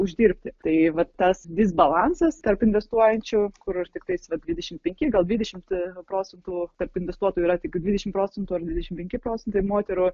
uždirbti tai vat tas disbalansas tarp investuojančių kur tiktais dvidešimt penki gal dvidešimt procentų tarp investuotojų yra tik dvidešimt procentų dvidešimt penki procentai moterų